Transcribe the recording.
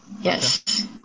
Yes